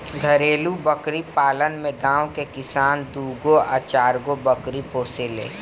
घरेलु बकरी पालन में गांव के किसान दूगो आ चारगो बकरी पोसेले